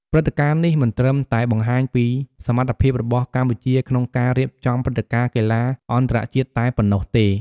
ព្រឹត្តិការណ៍នេះមិនត្រឹមតែបង្ហាញពីសមត្ថភាពរបស់កម្ពុជាក្នុងការរៀបចំព្រឹត្តិការណ៍កីឡាអន្តរជាតិតែប៉ុណ្ណោះទេ។